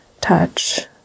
touch